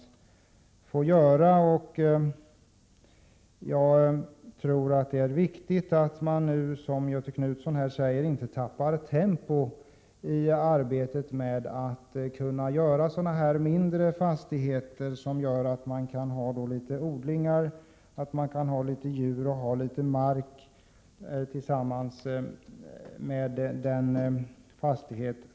Vidare tycker också jag, Göthe Knutson, att det är viktigt att man inte tappar tempot när det gäller arbetet med att möjliggöra bildandet av mindre fastigheter, där människor alltså kan odla olika saker eller ha djur på sin fastighet.